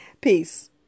Peace